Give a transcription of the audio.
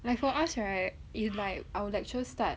like for us right if like our lecture start